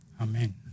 Amen